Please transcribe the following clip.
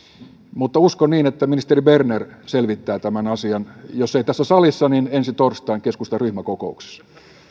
mutta uskon niin että ministeri berner selvittää tämän asian jos ei tässä salissa niin ensi torstain keskustan ryhmäkokouksessa